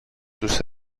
τους